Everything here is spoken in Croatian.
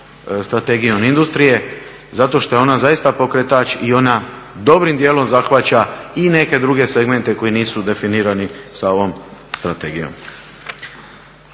Strategijom industrije zato što je ona zaista pokretač i ona dobrim dijelom zahvaća i neke druge segmente koji nisu definirani sa ovom strategijom.